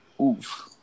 Oof